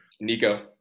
Nico